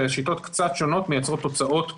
ושיטות קצת שונות מייצרות תוצאות שונות,